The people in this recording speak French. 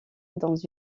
dans